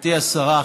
גברתי השרה,